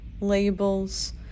labels